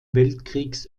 weltkriegs